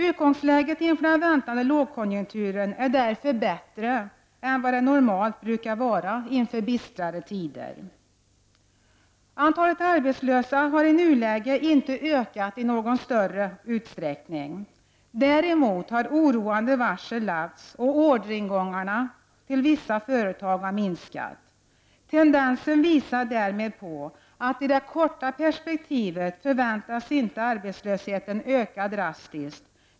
Utgångsläget inför den väntade lågkonjunkturen är därför bättre än vad det normalt brukar vara inför bistrare tider. Antalet arbetslösa i nuläget visar inte på någon större ökning. Däremot har oroande varsel lagts, och orderingången till vissa företag har minskat. Tendensen visar därmed att arbetslösheten i det korta perspektivet inte förväntas öka drastiskt.